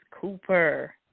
Cooper